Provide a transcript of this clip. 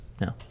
No